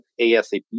ASAP